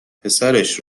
پسرش